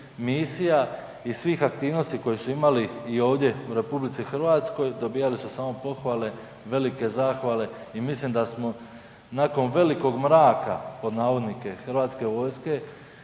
misija i svih aktivnosti koje su imali i ovdje u RH, dobivali su samo pohvale, velike zahvale i mislim da smo nakon velikog mraka pod navodnike Hrvatske vojske